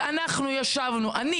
ואנחנו אני,